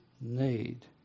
need